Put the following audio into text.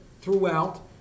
throughout